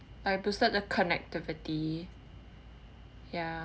but it boosted the connectivity ya